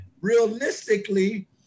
Realistically